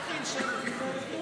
תעשה סיבוב.